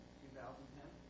2010